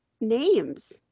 names